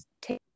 take